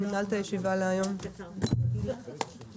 הישיבה היום נעולה.